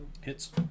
hits